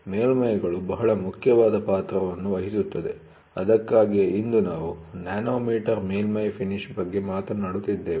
ಮೇಲ್ಮೈ'ಗಳು ಬಹಳ ಮುಖ್ಯವಾದ ಪಾತ್ರವನ್ನು ವಹಿಸುತ್ತವೆ ಅದಕ್ಕಾಗಿಯೇ ಇಂದು ನಾವು ನ್ಯಾನೊಮೀಟರ್ ಮೇಲ್ಮೈ ಫಿನಿಶ್ ಬಗ್ಗೆ ಮಾತನಾಡುತ್ತಿದ್ದೇವೆ